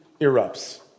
erupts